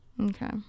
Okay